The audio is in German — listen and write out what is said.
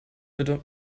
bitte